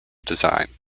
design